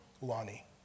Lonnie